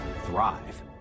thrive